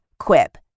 quip